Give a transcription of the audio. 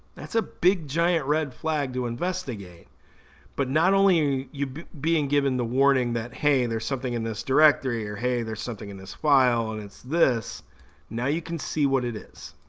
that's a big giant red flag to investigate but not only you being given the warning that hey and there's something in this directory or hey there's something in this file and it's this now you can see what it is